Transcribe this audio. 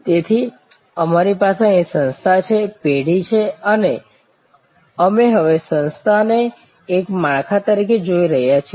તેથી અમારી પાસે અહીં સંસ્થા છે પેઢી છે અને અમે હવે સંસ્થાને એક માળખા તરીકે જોઈ રહ્યા છીએ